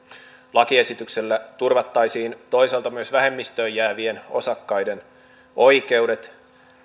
lakiesityksellä turvattaisiin toisaalta myös vähemmistöön jäävien osakkaiden oikeudet